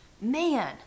Man